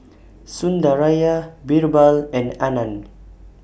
Sundaraiah Birbal and Anand